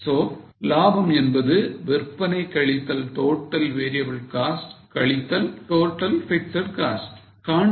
So லாபம் என்பது விற்பனை கழித்தல் total variable cost கழித்தல் total fixed cost